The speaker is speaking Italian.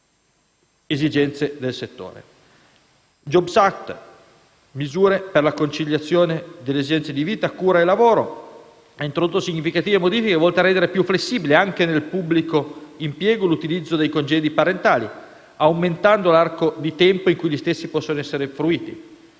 esigenze del settore. Il *jobs act*, con le misure per la conciliazione delle esigenze di vita, cura e lavoro, ha introdotto significative modifiche volte a rendere più flessibile, anche nel pubblico impiego, l'utilizzo dei congedi parentali, aumentando l'arco di tempo in cui gli stessi possono essere fruiti.